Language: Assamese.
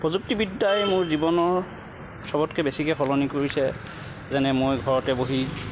প্ৰযুক্তিবিদ্যাৰ মোৰ জীৱনৰ চবতকৈ বেছিকে সলনি কৰিছে যেনে মই ঘৰতে বহি